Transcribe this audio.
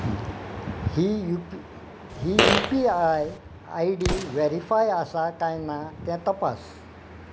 ही UP ही U P I I D verified आसा कांय ना तें तपास